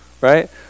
right